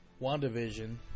WandaVision